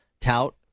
tout